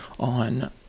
On